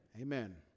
Amen